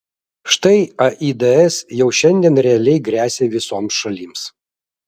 štai aids jau šiandien realiai gresia visoms šalims